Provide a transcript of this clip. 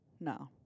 No